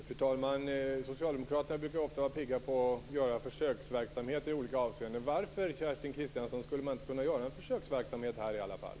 Fru talman! Socialdemokraterna brukar ofta föreslå försöksverksamheter i olika avseenden. Varför, Kerstin Kristiansson, skulle man inte kunna göra en försöksverksamhet här också?